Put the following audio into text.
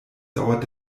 dauert